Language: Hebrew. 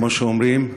כמו שאומרים,